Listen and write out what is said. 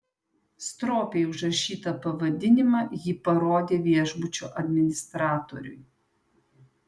stropiai užrašytą pavadinimą ji parodė viešbučio administratoriui